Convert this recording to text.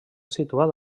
situat